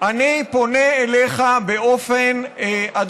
פונה אליך באופן חברי.